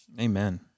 Amen